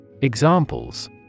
Examples